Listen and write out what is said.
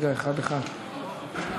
האחרון?